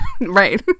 right